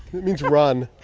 it means run